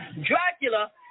Dracula